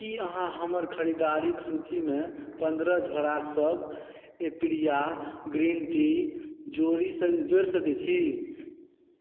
की अहाँ हमर खरीदारीक सूचीमे पन्द्रह झोरा सब एपिरिया ग्रीन टी जोड़ि सकै छी